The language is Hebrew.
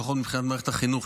לפחות מבחינת מערכת החינוך,